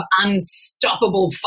unstoppable